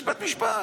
יש בית משפט.